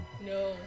no